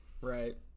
right